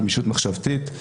גמישות מחשבתית,